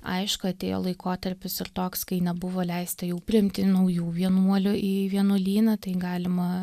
aišku atėjo laikotarpis ir toks kai nebuvo leista jau priimti naujų vienuolių į vienuolyną tai galima